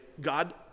God